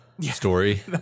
story